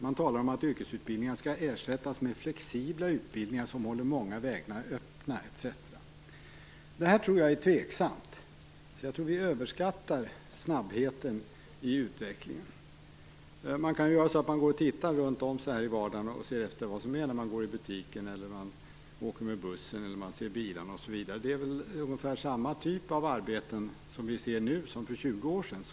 Man talar om att yrkesutbildningar skall ersättas med flexibla utbildningar som håller många vägar öppna, etc. Det tror jag är tveksamt. Jag tror att vi överskattar snabbheten i utvecklingen. Man kan se efter hur det ser ut i vardagen när man går i butiken, åker med bussen, ser bilar osv. Det är ungefär samma typ av arbeten som vi ser nu som för 20 år sedan.